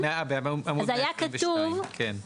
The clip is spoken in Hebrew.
בעמוד 122. כן.